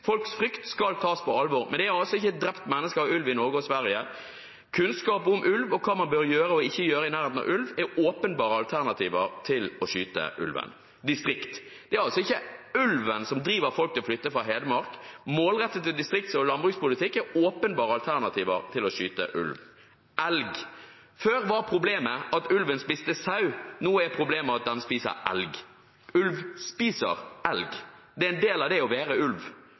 Folks frykt skal tas på alvor, men det er altså ikke drept mennesker av ulv i Norge og Sverige. Kunnskap om ulv og hva man bør gjøre og ikke gjøre i nærheten av ulv, er åpenbare alternativer til å skyte ulven. Om distriktene: Det er altså ikke ulven som driver folk til å flytte fra Hedmark. Målrettet distrikts- og landbrukspolitikk er et åpenbart alternativ til å skyte ulv. Om elg: Før var problemet at ulven spiste sau, nå er problemet at den spiser elg. Ulv spiser elg, det er en del av det å være ulv.